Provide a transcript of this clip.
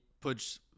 puts